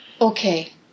okay